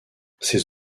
ses